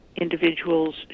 individuals